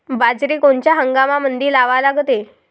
बाजरी कोनच्या हंगामामंदी लावा लागते?